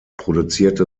produzierte